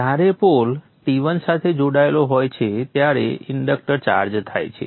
જ્યારે pole T1 સાથે જોડાયેલો હોય છે ત્યારે ઇન્ડક્ટર ચાર્જ થાય છે